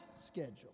schedule